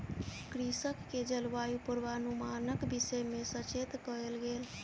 कृषक के जलवायु पूर्वानुमानक विषय में सचेत कयल गेल